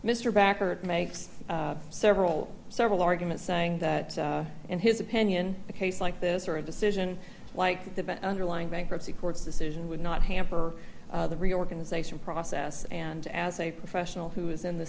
mr backer makes several several arguments saying that in his opinion a case like this or a decision like the underlying bankruptcy court's decision would not hamper the reorganization process and as a professional who is in the